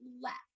left